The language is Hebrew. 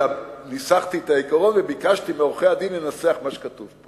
אלא ניסחתי את העיקרון וביקשתי מעורכי-הדין לנסח את מה שכתוב.